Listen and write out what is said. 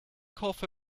cough